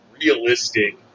realistic